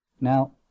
Now